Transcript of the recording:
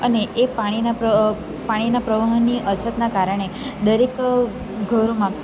અને એ પાણીના પાણીનાં પ્રવાહની અછતને કારણે દરેક ઘરોમાં